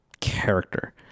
character